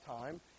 time